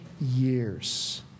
years